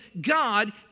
God